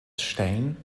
stein